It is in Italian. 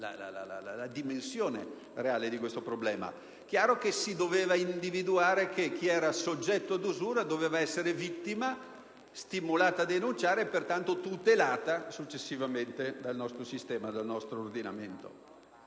la dimensione reale di questo problema. È chiaro che si doveva stabilire che chi era soggetto ad usura doveva essere vittima stimolata a denunciare, pertanto tutelata successivamente dal nostro ordinamento.